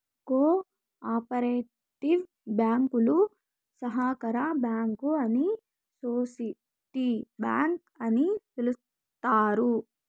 co operative బ్యాంకులు సహకార bank అని సోసిటీ బ్యాంక్ అని పిలుత్తారు